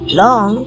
long